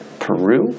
Peru